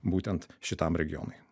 būtent šitam regionui